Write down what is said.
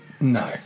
No